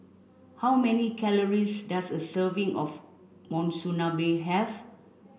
how many calories does a serving of Monsunabe have